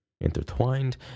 intertwined